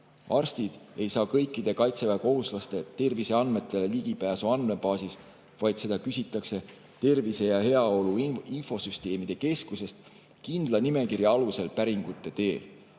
Arstid ei saa kõikide kaitseväekohustuslaste terviseandmetele ligipääsu andmebaasis, vaid seda küsitakse Tervise ja Heaolu Infosüsteemide Keskusest kindla nimekirja alusel päringute teel.